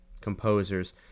composers